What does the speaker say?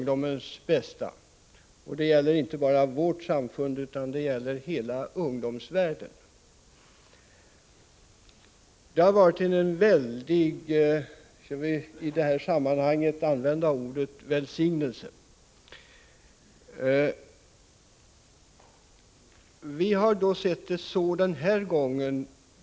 Detta gäller inte bara vårt samfund utan hela ungdomsvärlden. Låt mig i detta sammanhang uttrycka mig så, att det har varit en väldig välsignelse.